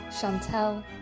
Chantelle